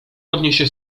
odniesie